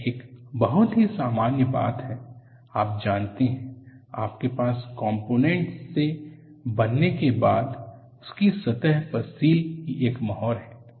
यह एक बहुत ही सामान्य बात है आप जानते हैं आपके पास कॉम्पोनेंट के बनने के बाद उसकी सतह पर सील की एक मोहर है